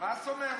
מה זאת אומרת?